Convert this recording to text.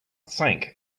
sank